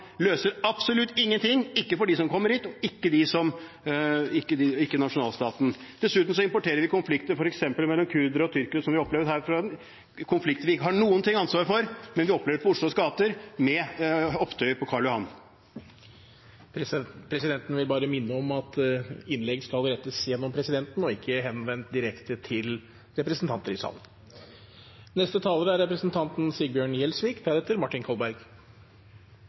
løser absolutt ingenting – ikke for dem som kommer hit, og ikke for nasjonalstaten. Dessuten importerer vi konflikter, f.eks. mellom kurdere og tyrkere, som vi opplevde her forleden – konflikter vi ikke har noe ansvar for, men vi opplevde det i Oslos gater, med opptøyer på Karl Johan. Presidenten vil bare minne om at innlegg skal rettes gjennom presidenten og ikke direkte til representanter i salen.